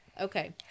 Okay